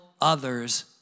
others